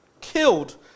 killed